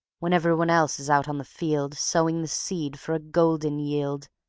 when every one else is out on the field, sowing the seed for a golden yield,